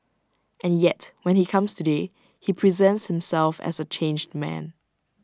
and yet when he comes today he presents himself as A changed man